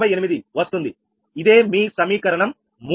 48 వస్తుంది ఇదే మీ సమీకరణం 3